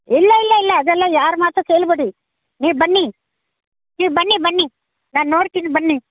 ಇಲ್ಲ ಇಲ್ಲ ಇಲ್ಲ ಅದೆಲ್ಲ ಯಾರ ಮಾತು ಕೇಳಬೇಡಿ ನೀವು ಬನ್ನಿ ನೀವು ಬನ್ನಿ ಬನ್ನಿ ನಾನು ನೋಡ್ತೀನಿ ಬನ್ನಿ